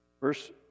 Verse